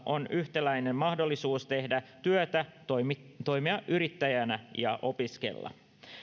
on yhtäläinen mahdollisuus tehdä työtä toimia toimia yrittäjänä ja opiskella